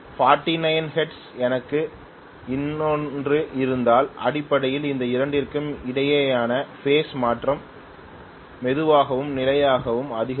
49 ஹெர்ட்ஸில் எனக்கு இன்னொன்று இருந்தால் அடிப்படையில் இந்த இரண்டிற்கும் இடையேயான பேஸ் மாற்றம் மெதுவாகவும் நிலையானதாகவும் அதிகரிக்கும்